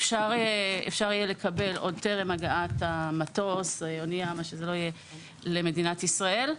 אפשר יהיה לקבל עוד טרם הגעת המטוס או האונייה למדינת ישראל.